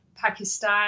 Pakistan